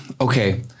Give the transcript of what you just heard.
Okay